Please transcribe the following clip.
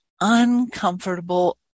uncomfortable